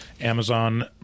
Amazon